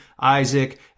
Isaac